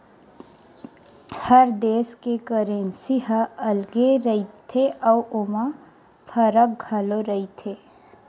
हर देस के करेंसी ह अलगे रहिथे अउ ओमा फरक घलो रहिथे